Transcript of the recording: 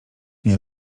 nie